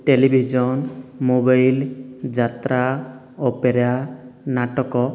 television mobile jatra opera Natak